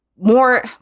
more